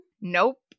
Nope